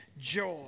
joy